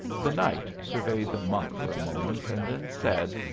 the knight surveyed the monk for a moment, and then said,